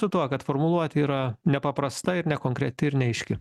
su tuo kad formuluotė yra nepaprasta ir nekonkreti ir neaiški